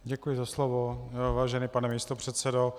Děkuji za slovo, vážený pane místopředsedo.